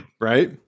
Right